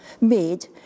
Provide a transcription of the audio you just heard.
made